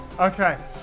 Okay